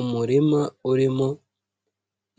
Umurima urimo